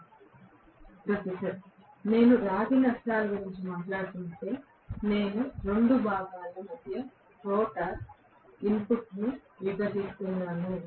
7901 professor నేను రాగి నష్టాల గురించి ఎక్కువగా మాట్లాడుతుంటే నేను రెండు భాగాల మధ్య మొత్తం రోటర్ ఇన్పుట్ను విభజిస్తున్నాను